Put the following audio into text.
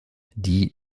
die